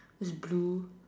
is blue